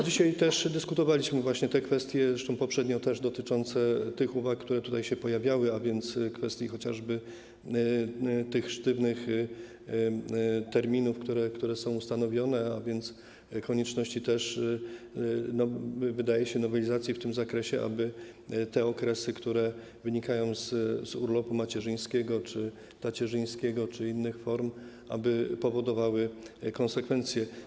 Dzisiaj też dyskutowaliśmy właśnie te kwestie, zresztą poprzednio też, dotyczące uwag, które tutaj się pojawiały, a więc kwestie chociażby tych sztywnych terminów, które są przyjęte, a więc konieczności też nowelizacji w tym zakresie, aby okresy, które wynikają z urlopu macierzyńskiego czy tacierzyńskiego czy z innych form, powodowały konsekwencje.